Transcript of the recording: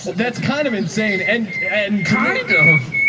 that's kind of insane. and, and kind of,